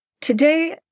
Today